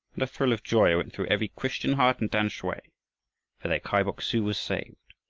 and a thrill of joy went through every christian heart in tamsui, for their kai bok-su was saved!